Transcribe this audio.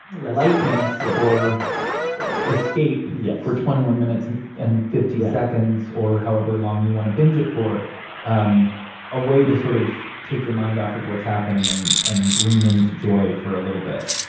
lightness or or escape. yes. for twenty one minutes and and fifty seconds. yeah. or however long you want to binge it for um a way to sort of take your mind off of what's happening and and lean into joy for a little bit